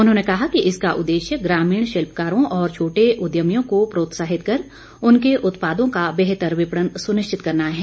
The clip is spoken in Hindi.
उन्होंने कहा कि इसका उद्देश्य ग्रामीण शिल्पकारों और छोटे उद्यमियों को प्रोत्साहित कर उनके उत्पादों का बेहतर विपणन सुनिश्चित करना है